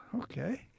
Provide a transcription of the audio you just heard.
Okay